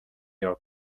your